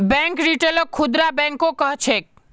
bank रिटेलक खुदरा बैंको कह छेक